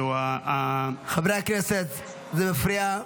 חברי הכנסת, זה מפריע.